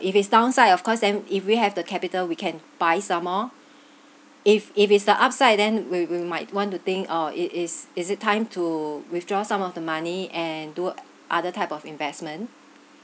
if it's downside of course then if we have the capital we can buy some more if if it's the upside then we will might want to think oh it is is it time to withdraw some of the money and do other type of investment